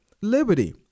liberty